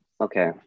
Okay